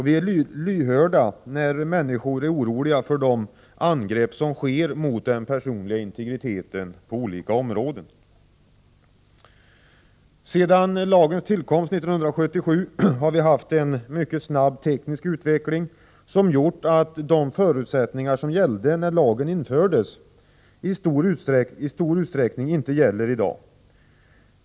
Vi är lyhörda när människor är oroliga för de angrepp som sker mot den personliga integriteten på olika områden. Sedan lagens tillkomst 1977 har vi haft en mycket snabb teknisk utveckling som gjort att de förutsättningar som gällde när lagen infördes i stor utsträckning inte gäller i dag.